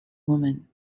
woman